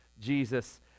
Jesus